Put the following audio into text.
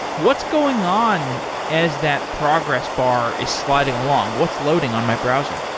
what's going on as that progress bar is sliding along? what's loading on my browser?